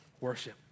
Worship